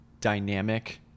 dynamic